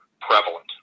prevalent